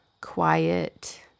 quiet